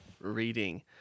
reading